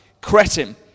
cretin